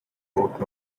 root